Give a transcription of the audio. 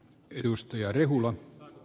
arvoisa puhemies